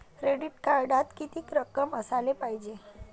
Credit कार्डात कितीक रक्कम असाले पायजे?